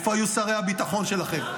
איפה היו שרי הביטחון שלכם?